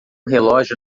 relógio